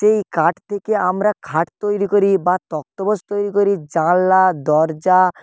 সেই কাঠ থেকে আমরা খাট তৈরি করি বা তক্তপোষ তৈরি করি জালনা দরজা